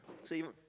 so you